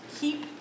keep